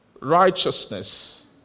righteousness